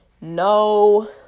No